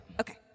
Okay